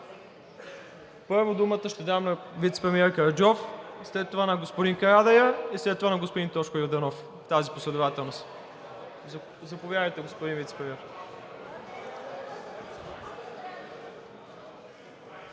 Първо, думата ще дам на вицепремиера Караджов, след това на господин Карадайъ и след това на господин Тошко Йорданов – в тази последователност. Заповядайте, господин Вицепремиер.